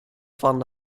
van